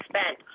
spent